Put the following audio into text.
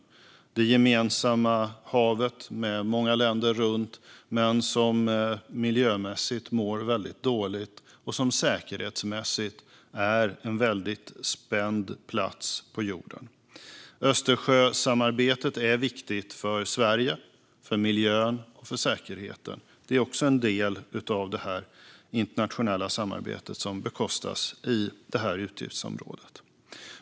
Det är det gemensamma havet, med många länder runt, som miljömässigt mår väldigt dåligt och som säkerhetsmässigt är en väldigt spänd plats på jorden. Östersjösamarbetet är viktigt för Sverige, för miljön och för säkerheten. Det är också en del av det internationella samarbetet som bekostas i det här utgiftsområdet.